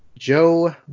Joe